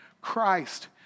Christ